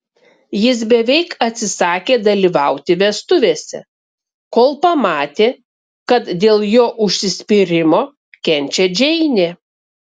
jis beveik atsisakė dalyvauti vestuvėse kol pamatė kad dėl jo užsispyrimo kenčia džeinė